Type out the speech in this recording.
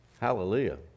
Hallelujah